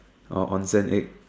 oh onsen egg